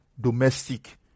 domestic